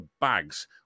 bags